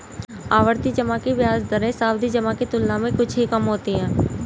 आवर्ती जमा की ब्याज दरें सावधि जमा की तुलना में कुछ ही कम होती हैं